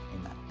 Amen